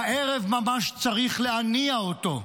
הערב ממש, צריך להניע אותו.